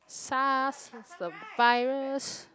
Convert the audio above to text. sars is a virus